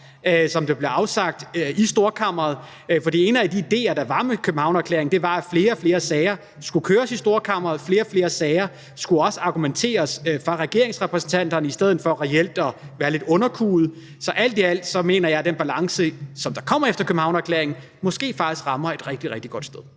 dom, der blev afsagt i Storkammeret. For en af de idéer, der var med Københavnerklæringen, var, at flere og flere sager skulle køres i Storkammeret, og at flere og flere sager også skulle argumenteres fra regeringsrepræsentanternes side, i stedet for at de reelt var lidt underkuede. Så alt i alt mener jeg, at den balance, der kom efter Københavnererklæringen, måske faktisk rammer et rigtig, rigtig godt sted.